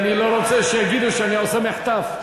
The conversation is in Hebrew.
ואני לא רוצה שיגידו שאני עושה מחטף.